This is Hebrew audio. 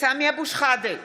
סמי אבו שחאדה,